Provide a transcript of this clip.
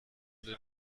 dem